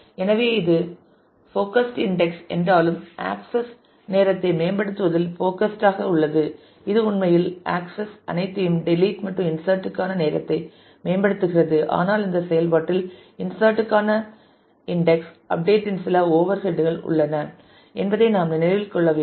எனவே இது podcast index என்றாலும் ஆக்சஸ் நேரத்தை மேம்படுத்துவதில் போட்கஸ்ட் ஆக உள்ளது இது உண்மையில் ஆக்சஸ் அனைத்தையும் டெலிட் மற்றும் இன்சட் க்கான நேரத்தை மேம்படுத்துகிறது ஆனால் இந்த செயல்பாட்டில் இன்சட் க்கான இன்டெக்ஸ் அப்டேட் இன் சில ஓவர்ஹெட் உள்ளன என்பதை நாம் நினைவில் கொள்ள வேண்டும்